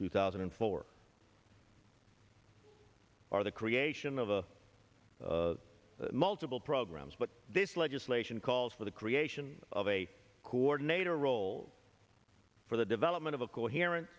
two thousand and four or the creation of a multiple programs but this legislation calls for the creation of a coordinator role for the development of a coherent